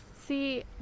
See